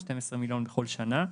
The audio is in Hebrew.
12 מיליון בכל שנה.